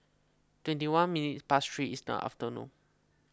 twenty one minutes past three in the afternoon